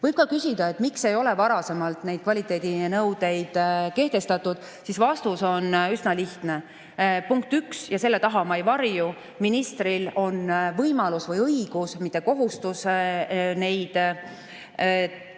Võib küsida, miks varasemalt neid kvaliteedinõudeid ei kehtestatud. Vastus on üsna lihtne. Punkt üks, ja selle taha ma ei varju: ministril on võimalus või õigus, mitte kohustus neid